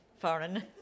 foreign